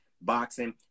boxing